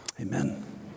Amen